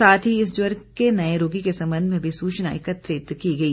साथ ही इस ज्वर के नए रोगी के संबंध में भी सूचना एकत्र की गई